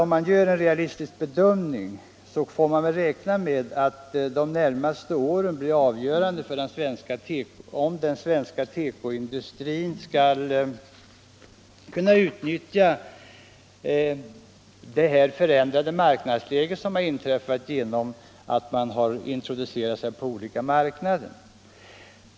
Om man gör en realistisk bedömning kommer man fram till att de närmaste åren troligen blir avgörande för om den svenska teko-industrin skall kunna utnyttja det ändrade marknadsläge som uppstått genom att företagen har introducerat sig på olika håll.